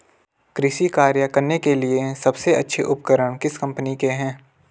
कृषि कार्य करने के लिए सबसे अच्छे उपकरण किस कंपनी के हैं?